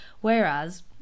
Whereas